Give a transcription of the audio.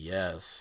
Yes